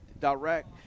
direct